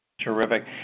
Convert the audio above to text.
Terrific